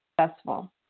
successful